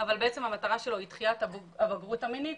אבל המטרה שלו היא דחיית הבגרות המינית,